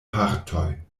partoj